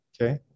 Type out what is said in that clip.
Okay